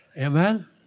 amen